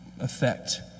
Effect